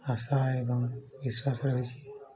ଆଶା ଏବଂ ବିଶ୍ୱାସ ରହିଛି